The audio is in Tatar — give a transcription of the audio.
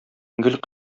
гөл